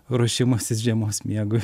ruošimasis žiemos miegui